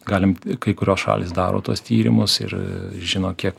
galim kai kurios šalys daro tuos tyrimus ir žino kiek